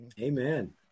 Amen